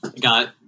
got